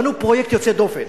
בנו פרויקט יוצא דופן.